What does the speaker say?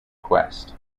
quest